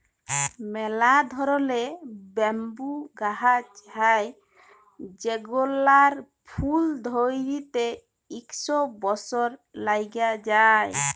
ম্যালা ধরলের ব্যাম্বু গাহাচ হ্যয় যেগলার ফুল ধ্যইরতে ইক শ বসর ল্যাইগে যায়